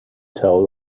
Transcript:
tell